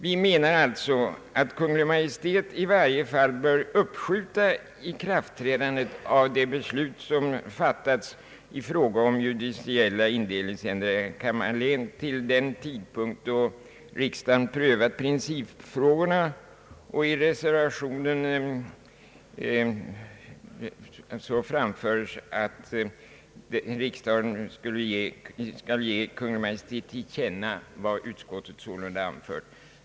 Vi menar att Kungl. Maj:t i varje fall bör uppskjuta ikraftträdandet av de beslut som fattats i fråga om judiciella indelningsändringar i Kalmar län till den tidpunkt då riksdagen prövat principfrågorna. I reservationen framföres att riksdagen skall ge till känna för Kungl. Maj:t vad utskottet sålunda har anfört.